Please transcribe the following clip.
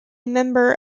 member